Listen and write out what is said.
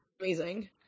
Amazing